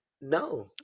No